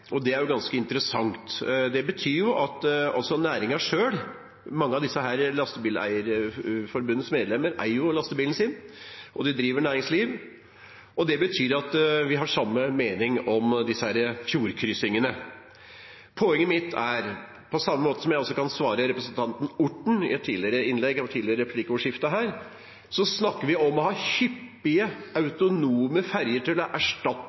det er ganske interessant. Mange av Lastebileierforbundets medlemmer eier jo lastebilen sin, og de driver næringsliv. Det betyr at vi har samme mening om disse fjordkryssingene. Poenget mitt er: Som jeg svarte representanten Orten i et tidligere replikkordskifte her, snakker vi om å ha hyppige, autonome ferjer til å erstatte